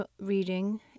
reading